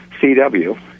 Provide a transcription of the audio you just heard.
CW